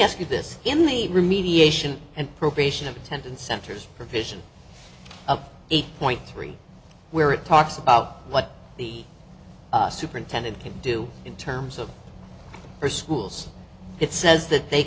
ask you this in the remediation and probation of detention centers provision of eight point three where it talks about what the superintendent can do in terms of her schools it says that they